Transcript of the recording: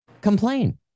complain